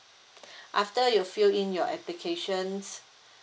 after you fill in your applications